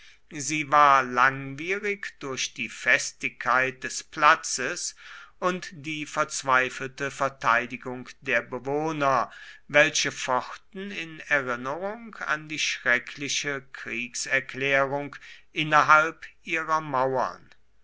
sie war langwierig durch die festigkeit des platzes und die verzweifelte verteidigung der bewohner welche fochten in erinnerung an die schreckliche kriegserklärung innerhalb ihrer mauern